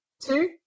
two